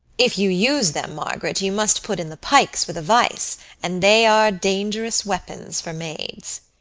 if you use them, margaret, you must put in the pikes with a vice and they are dangerous weapons for maids.